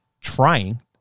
trying